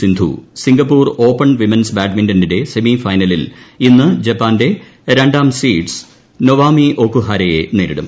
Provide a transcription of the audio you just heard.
Sindhu Singapore open women's ബാഡ്മിന്റന്റെ semi ഫൈനലിൽ ഇന്ന് ജപ്പാന്റെ രണ്ടാം സീഡ്സ് നൊവോമി ഒക്കു ഹാരയെ നേരിടും